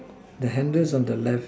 the handle's on the left